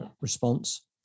response